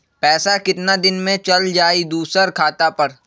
पैसा कितना दिन में चल जाई दुसर खाता पर?